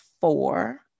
four